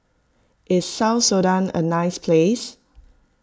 is South Sudan a nice place